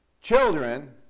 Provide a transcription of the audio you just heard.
Children